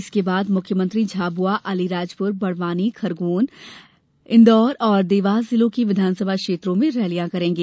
इसके बाद मुख्यमंत्री झाबुआ अलीराजपुर बडवानी खरगोन इन्दौर और देवास जिलों की विधानसभा क्षेत्रों में रैलियां करेंगे